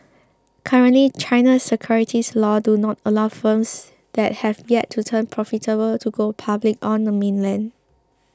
currently China's securities laws do not allow firms that have yet to turn profitable to go public on the mainland